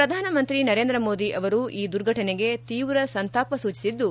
ಪ್ರಧಾನಮಂತ್ರಿ ನರೇಂದ್ರಮೋದಿ ಅವರು ಈ ದುರ್ಘಟನೆಗೆ ತೀವ್ರ ಸಂತಾಪ ಸೂಚಿಸಿದ್ದು